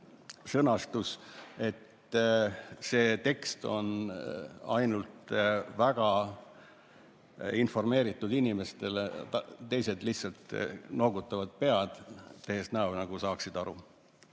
sõnastus, nii et see tekst on ainult väga informeeritud inimestele. Teised lihtsalt noogutavad pead, tehes näo, nagu nad saaksid aru.